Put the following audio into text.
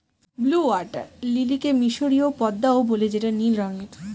blue water লিলিকে মিসরীয় পদ্মাও বলে যেটা নীল রঙের